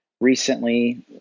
recently